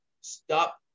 Stop